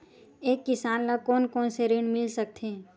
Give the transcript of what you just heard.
एक किसान ल कोन कोन से ऋण मिल सकथे?